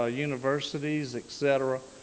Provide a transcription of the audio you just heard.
ah universities, etcetera.